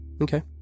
Okay